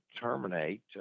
terminate